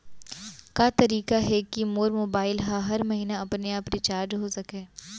का तरीका हे कि मोर मोबाइल ह हर महीना अपने आप रिचार्ज हो सकय?